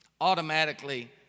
Automatically